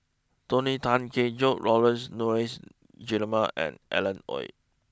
Tony Tan Keng Joo Laurence Nunns Guillemard and Alan Oei